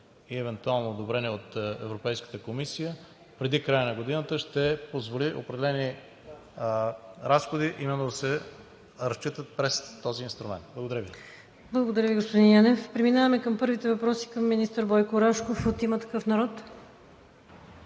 и евентуално одобрение от Европейската комисия преди края на годината ще позволи определени разходи именно да се разчитат през този инструмент. Благодаря Ви. ПРЕДСЕДАТЕЛ ВИКТОРИЯ ВАСИЛЕВА: Благодаря Ви, господин Янев. Преминаваме към първите въпроси към министър Бойко Рашков. От „Има такъв народ“